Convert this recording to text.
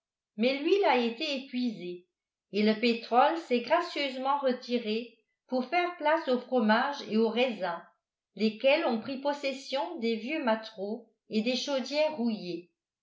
mais l'huile a été épuisée et le pétrole s'est gracieusement retiré pour faire place au fromage et au raisin lesquels ont pris possession des vieux mâtereaux et des chaudières rouillées